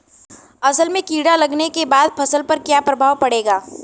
असल में कीड़ा लगने के बाद फसल पर क्या प्रभाव पड़ेगा?